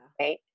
right